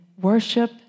worship